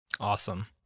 Awesome